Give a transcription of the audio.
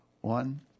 one